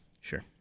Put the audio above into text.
Sure